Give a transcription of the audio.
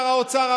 שר האוצר,